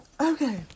Okay